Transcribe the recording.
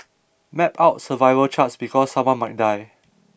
map out survival charts because someone might die